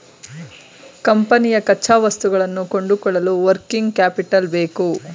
ಕಂಪನಿಯ ಕಚ್ಚಾವಸ್ತುಗಳನ್ನು ಕೊಂಡುಕೊಳ್ಳಲು ವರ್ಕಿಂಗ್ ಕ್ಯಾಪಿಟಲ್ ಬೇಕು